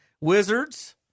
Wizards